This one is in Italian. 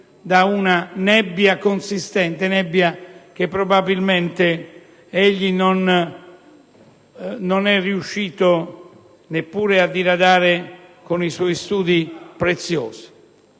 da una nebbia consistente, nebbia che probabilmente egli non è riuscito a diradare neppure con i suoi studi preziosi.